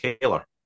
Taylor